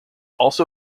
also